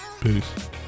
peace